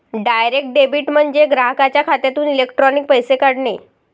direct debit म्हणजे ग्राहकाच्या खात्यातून इलेक्ट्रॉनिक पैसे काढणे